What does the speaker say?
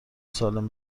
سالم